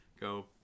go